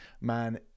man